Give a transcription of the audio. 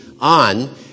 on